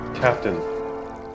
Captain